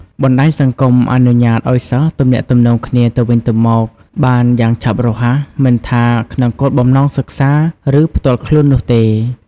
បណ្ដាញសង្គមអនុញ្ញាតឱ្យសិស្សទំនាក់ទំនងគ្នាទៅវិញទៅមកបានយ៉ាងឆាប់រហ័ស មិនថាក្នុងគោលបំណងសិក្សា ឬផ្ទាល់ខ្លួននោះទេ។